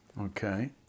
Okay